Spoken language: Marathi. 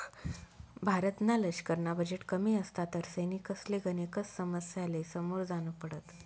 भारतना लशकरना बजेट कमी असता तर सैनिकसले गनेकच समस्यासले समोर जान पडत